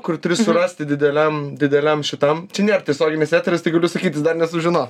kur turi surasti dideliam dideliam šitam čia nėr tiesioginis eteris tai galiu sakyt jis dar nesužinos